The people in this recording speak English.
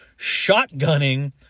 shotgunning